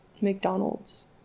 McDonald's